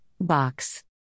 Box